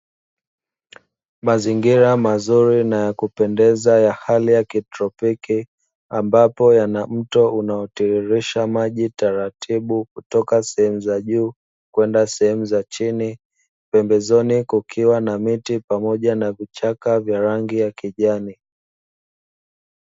Mazingira mazuri na ya kupendeza ya hali ya kitropiki, ambapo yana mto unaotiririsha maji taratibu kutoka sehemu za juu kwenda sehemu za chini pembezoni kukiwa na miti pamoja na vichaka vya rangi ya kijani.